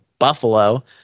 buffalo